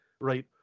right